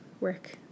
work